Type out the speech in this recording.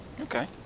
Okay